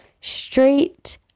straight